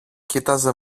κοίταζε